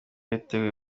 yiteguye